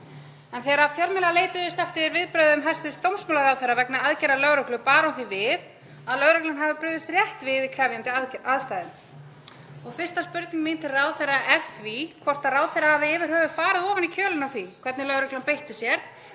Þegar fjölmiðlar leituðu eftir viðbrögðum hæstv. dómsmálaráðherra vegna aðgerða lögreglu bar hún því við að lögreglan hefði brugðist rétt við í krefjandi aðstæðum. Fyrsta spurning mín til ráðherra er því hvort ráðherra hafi yfir höfuð farið ofan í kjölinn á því hvernig lögreglan beitti sér